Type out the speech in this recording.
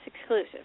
exclusive